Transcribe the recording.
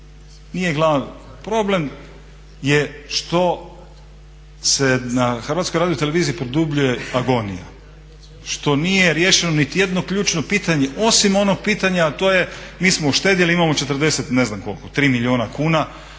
HRT-a. Problem je što se na HRT-u produbljuje agonija, što nije riješeno niti jedno ključno pitanje, osim onog pitanja a to je mi smo uštedili, imamo 40 i ne znam kolko 3 milijuna kuna